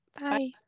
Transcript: Bye